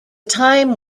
time